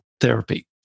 therapy